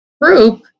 group